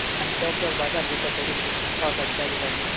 आनी चड चलपा सारकीं चप्पलां खंयची पावसाच्या दिसाची